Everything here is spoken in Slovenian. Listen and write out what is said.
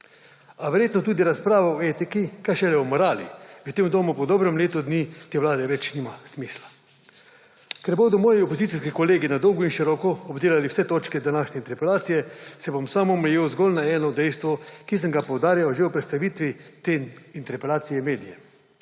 A verjetno tudi razprava o etiki, kaj šele o morali v tem domu po dobrem letu dni te vlade več nima smisla. Ker bodo moji opozicijski kolegi na dolgo in široko obdelali vse točke današnje interpelacije, se bom sam omejil zgolj na eno dejstvo, ki sem ga poudarjal že ob predstavitvi te interpelacije medijem.